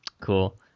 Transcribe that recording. cool